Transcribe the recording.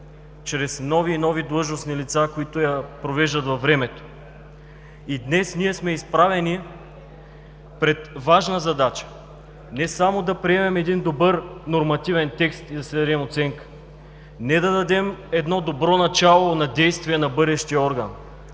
чрез нови и нови длъжностни лица, които я провеждат във времето. И днес ние сме изправени пред важна задача – не само да приемем един добър нормативен текст и да си дадем оценките, не да дадем едно добро начало на действия на бъдещия орган,